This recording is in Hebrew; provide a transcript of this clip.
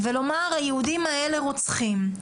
ולומר היהודים האלה רוצחים,